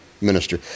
minister